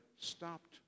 stopped